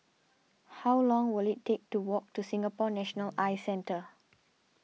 how long will it take to walk to Singapore National Eye Centre